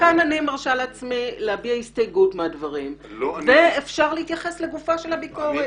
כאן אני מרשה לעצמי להביע הסתייגות מהדברים ולהתייחס לגופה של ביקורת.